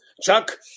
chuck